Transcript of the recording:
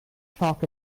chalk